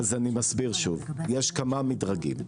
אז אני מסביר שוב, יש כמה מדרגים.